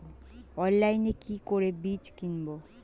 অনলাইনে কি করে বীজ কিনব?